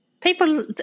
people